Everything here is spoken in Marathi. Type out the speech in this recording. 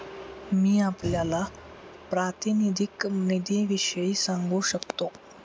मी आपल्याला प्रातिनिधिक निधीविषयी सांगू शकतो